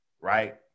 Right